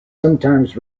sometimes